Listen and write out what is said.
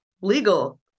legal